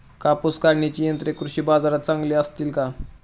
कापूस काढण्याची यंत्रे कृषी बाजारात असतील का?